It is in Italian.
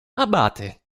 abate